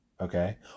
okay